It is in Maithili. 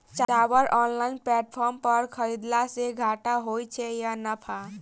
चावल ऑनलाइन प्लेटफार्म पर खरीदलासे घाटा होइ छै या नफा?